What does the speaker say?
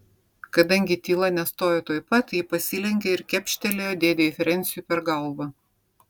kadangi tyla nestojo tuoj pat ji pasilenkė ir kepštelėjo dėdei frensiui per galvą